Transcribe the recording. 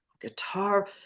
guitar